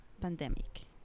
pandemic